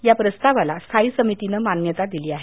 या प्रस्तावाला स्थायी समितीने मान्यता दिली आहे